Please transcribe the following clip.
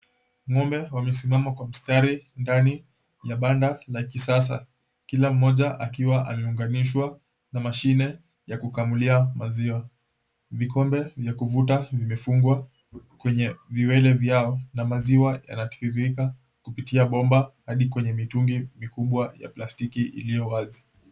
Ng'ombe wamesimama kwa mstari ndani ya banda la kisasa, kila mmoja akiwa ameunganishwa na mashine ya kukamulia maziwa, vikombe vya kuzuta vimefungwa kwenye viwele vyao na maziwa yanatiririka kupitia bomba hadi kwenye mitungi mikubwa ya plastiki.